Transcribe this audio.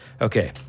Okay